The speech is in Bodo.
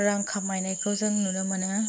रां खामायनायखौ जों नुनो मोनो